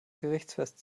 gerichtsfest